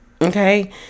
Okay